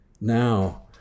now